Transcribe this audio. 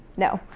no.